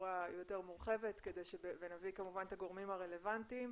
בצורה יותר מורחבת ונביא כמובן את הגורמים הרלוונטיים,